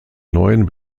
neuen